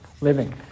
living